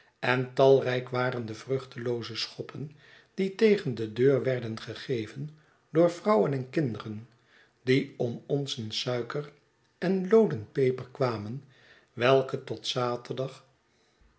en talrijk waren de vruchtelooze schoppen die tegen de deur werden gegeven door vrouwen en kinderen die om onsen suiker en looden peper kwamen welke tot zaterdag